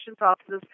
offices